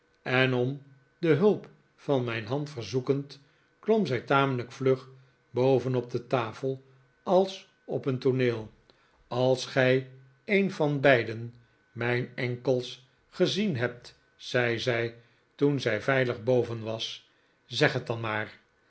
en om de hulp van mijn hand verzoekend klom zij tamelijk vlug boven op de tafel als op een tooneel als gij een van beiden mijn enkels gezien hebt zei zij toen zij veilig boven was zeg het dan maar